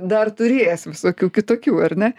dar turėjęs visokių kitokių ar ne